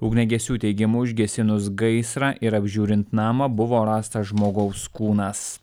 ugniagesių teigimu užgesinus gaisrą ir apžiūrint namą buvo rastas žmogaus kūnas